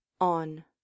on